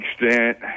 extent –